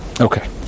Okay